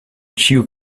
ĉiu